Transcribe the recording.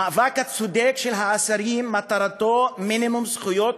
המאבק הצודק של האסירים מטרתו מינימום זכויות